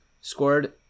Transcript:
scored